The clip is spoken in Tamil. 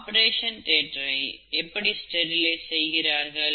ஆபரேஷன் தியேட்டரை எப்படி ஸ்டெரிலைஸ் செய்கிறார்கள்